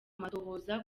amatohoza